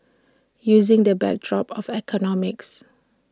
using the backdrop of economics